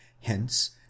hence